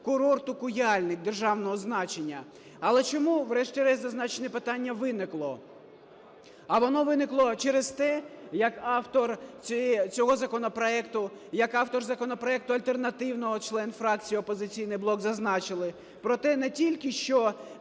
курорту "Куяльник" державного значення. Але чому врешті-решт зазначене питання виникло? А воно виникло через те, як автор цього законопроекту, як автор законопроекту альтернативного, члени фракції "Опозиційний блок" зазначили про те не тільки, що